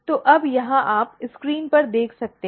तो अब यहाँ आप स्क्रीन पर देख सकते हैं